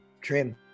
trim